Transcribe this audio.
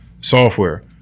software